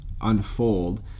unfold